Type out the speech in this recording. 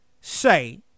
say